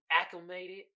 acclimated